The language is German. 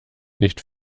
nicht